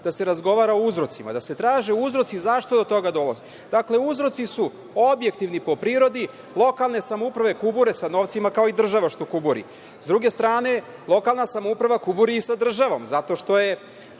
da se razgovara o uzrocima, da se traže uzroci zašto do toga dolazi. Dakle, uzroci su objektivni, po prirodi. Lokalne samouprave kubure sa novcima, kao i država što kuburi. S druge strane, lokalna samouprava kuburi i sa državom, zato što je